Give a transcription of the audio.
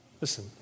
listen